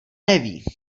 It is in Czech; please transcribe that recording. neví